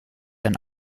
ein